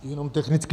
Jenom technicky.